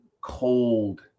cold